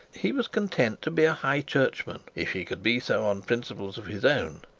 he was content to be a high churchman, if he could be so on principles of his own,